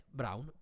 brown